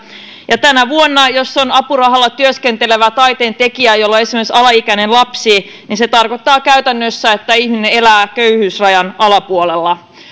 ja tänä vuonna jos on apurahalla työskentelevä taiteentekijä jolla on esimerkiksi alaikäinen lapsi se tarkoittaa käytännössä että ihminen elää köyhyysrajan alapuolella